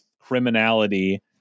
criminality